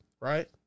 Right